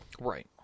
Right